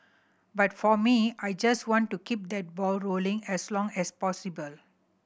but for me I just want to keep that ball rolling as long as possible